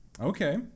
okay